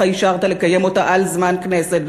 אישרת לקיים אותה בזמן מליאת הכנסת.